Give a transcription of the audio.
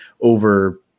over